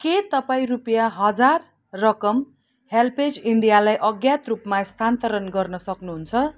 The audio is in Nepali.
के तपाईँ रुपियाँ हजार रकम हेल्पेज इन्डियालाई अज्ञात रूपमा स्थानान्तरण गर्न सक्नुहुन्छ